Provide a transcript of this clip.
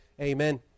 Amen